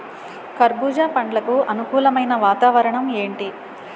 కర్బుజ పండ్లకు అనుకూలమైన వాతావరణం ఏంటి?